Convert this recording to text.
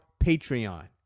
patreon